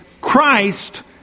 Christ